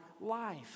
life